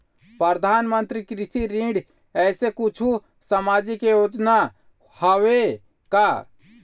परधानमंतरी कृषि ऋण ऐसे कुछू सामाजिक योजना हावे का?